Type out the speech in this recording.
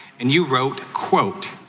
and you wrote, quote,